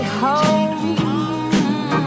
home